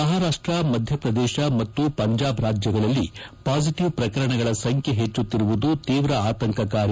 ಮಹಾರಾಷ್ಷ ಮಧ್ಯಪ್ರದೇಶ ಮತ್ತು ಪಂಜಾಬ್ ರಾಜ್ಯಗಳಲ್ಲಿ ಪಾಸಿಟವ್ ಪ್ರಕರಣಗಳ ಸಂಖ್ಯೆ ಪೆಚ್ಚುತ್ತಿರುವುದು ತೀವ್ರ ಆತಂಕಕಾರಿ